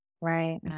Right